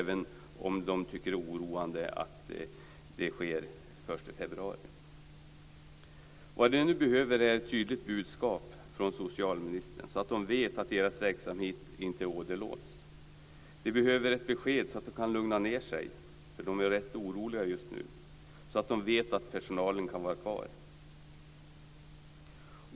Men de tycker att det är oroande att det sker först i februari. Vad som nu behövs är ett tydligt budskap från socialministern så att de vet att deras verksamhet inte åderlåts. De behöver få ett besked så att de kan lugna ned sig - de är rätt oroliga just nu - och så att det vet att personalen kan vara kvar.